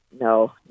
no